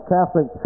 Catholic